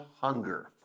hunger